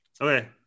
Okay